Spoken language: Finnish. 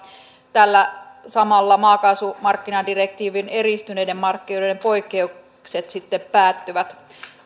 samalla maakaasumarkkinadirektiivin eristyneiden markkinoiden poikkeukset sitten päättyvät